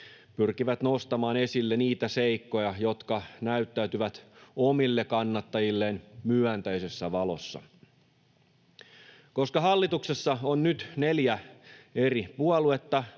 pyrkivät nostamaan esille niitä seikkoja, jotka näyttäytyvät omille kannattajilleen myönteisessä valossa. Koska hallituksessa on nyt neljä eri puoluetta,